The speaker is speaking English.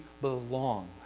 belong